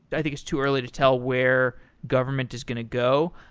i think it's too early to tell where government is going to go,